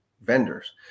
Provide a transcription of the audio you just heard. vendors